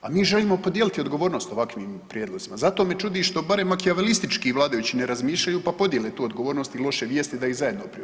A mi želimo podijeliti odgovornost ovakvim prijedlozima zato me čudi što barem makijavelistički vladajući ne razmišljaju pa podijele tu odgovornost i loše vijesti da ih zajedno priopće.